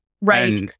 Right